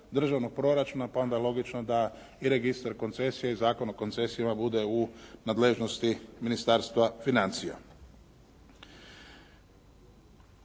državnog proračuna pa onda logično da i registar koncesija i Zakon o koncesijama bude u nadležnosti Ministarstva financija.